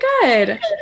good